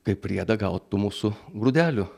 kaip priedą gaut tų mūsų grūdelių